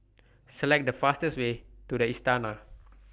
Select The fastest Way to The Istana